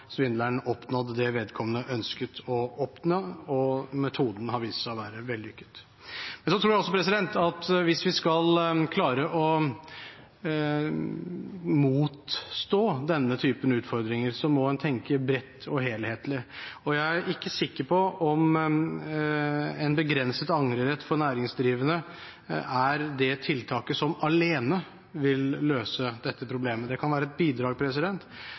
svindleren oppnådd det vedkommende ønsket å oppnå, og metoden har vist seg å være vellykket. Så tror jeg at hvis vi skal klare å motstå denne typen utfordringer, må en tenke bredt og helhetlig. Jeg er ikke sikker på om en begrenset angrerett for næringsdrivende er det tiltaket som alene vil løse dette problemet. Det kan være et bidrag,